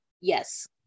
Yes